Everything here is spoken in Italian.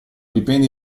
dipende